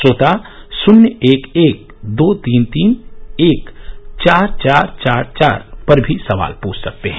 श्रोता शृन्य एक एक दो तीन तीन एक चार चार चार चार पर भी सवाल पूछ सकते हैं